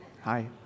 Hi